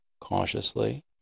cautiously